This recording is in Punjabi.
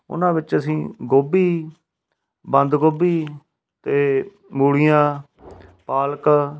ਉਹਨਾਂ ਵਿੱਚ ਅਸੀਂ ਗੋਭੀ ਬੰਦ ਗੋਭੀ ਅਤੇ ਮੂਲੀਆਂ ਪਾਲਕ